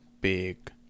big